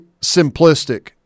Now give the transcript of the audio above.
simplistic